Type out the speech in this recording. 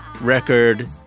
record